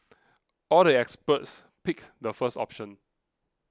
all the experts picked the first option